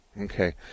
Okay